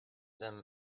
them